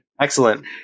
excellent